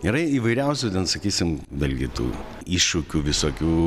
yra įvairiausių sakysim vėlgi tų iššūkių visokių